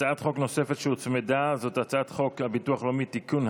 הצעת חוק נוספת שהוצמדה היא הצעת חוק הביטוח הלאומי (תיקון,